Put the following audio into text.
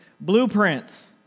Blueprints